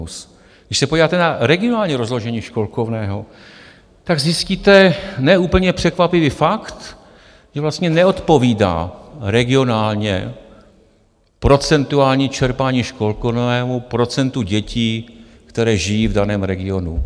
Když se podíváte na regionální rozložení školkovného, tak zjistíte ne úplně překvapivý fakt, že vlastně neodpovídá regionálně procentuální čerpání školkovného procentu dětí, které žijí v daném regionu.